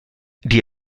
die